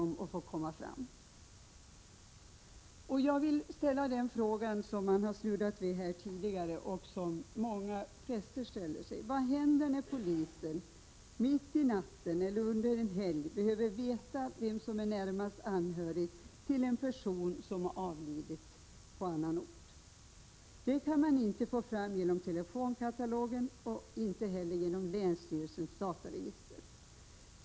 Jag vill också beröra den fråga som man har snuddat vid tidigare och som många präster ställer sig: Vad händer när polisen mitt i natten eller under en helg behöver veta vem som är närmast anhörig till en person som avlidit på annan ort? Det kan man inte få fram genom telefonkatalogen och inte heller genom länsstyrelsens dataregister.